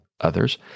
others